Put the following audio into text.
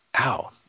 Ow